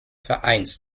vereins